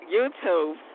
YouTube